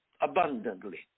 abundantly